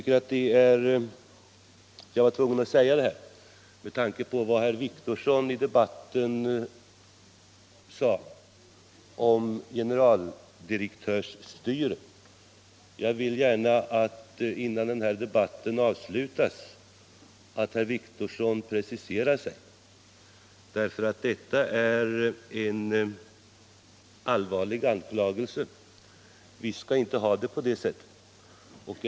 Jag var tvungen att säga detta med tanke på vad herr Wictorsson i debatten sade om generaldirektörsstyre. Jag vill gärna, innan den här debatten avslutas, att herr Wictorsson preciserar sig. Detta är nämligen en allvarlig anklagelse. Vi skall inte ha det på det sättet.